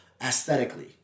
aesthetically